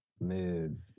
mid